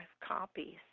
copies